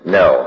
no